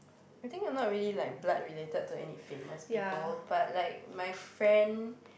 I think I'm not really like blood related to any famous people but like my friend